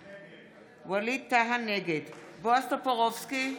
נגד בועז טופורובסקי,